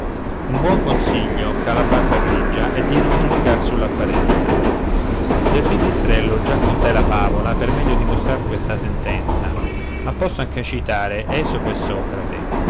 un buon consiglio ch'ha la barba grigia è di non giudicar sull'apparenza del pipistrello già contai la favola per meglio dimostrar questa sentenza ma posso anche citare esopo e socrate